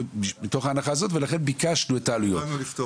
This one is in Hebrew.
לכן ביקשנו את העלויות.